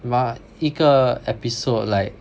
ma~ 一个 episode like